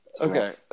Okay